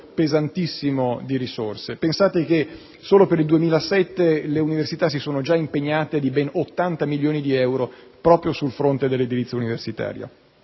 35 milioni di euro. Pensate che solo per il 2007 le università si sono già impegnate per ben 80 milioni di euro proprio sul fronte dell'edilizia universitaria.